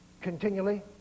continually